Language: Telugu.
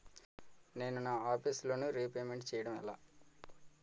నేను నా ఆఫీస్ లోన్ రీపేమెంట్ చేయడం ఎలా?